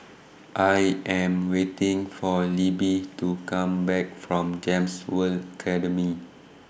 I Am waiting For Libbie to Come Back from Gems World Academy